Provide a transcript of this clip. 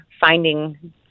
finding